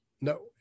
No